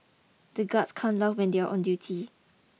the guards can't laugh when they are on duty